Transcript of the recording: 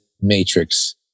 Matrix